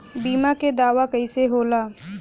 बीमा के दावा कईसे होला?